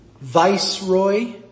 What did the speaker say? viceroy